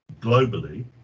globally